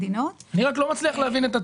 אני לא מצליח להבין את הטיעון,